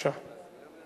התשע"ב 2012,